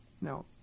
Now